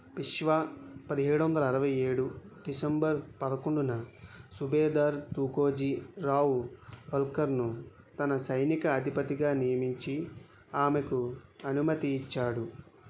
పేష్వా పదిహేడు వందల అరవై ఏడు డిసెంబరు పదకొండున సుబేదార్ తుకోజీ రావ్ హోల్కర్ను తన సైనిక అధిపతిగా నియమించి ఆమెకు అనుమతి ఇచ్చాడు